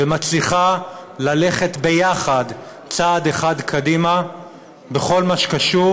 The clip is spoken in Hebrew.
ומצליחה ללכת ביחד צעד אחד קדימה בכל מה שקשור